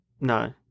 No